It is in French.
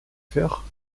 faire